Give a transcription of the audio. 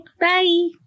Bye